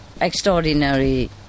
extraordinary